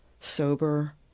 sober